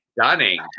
stunning